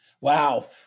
Wow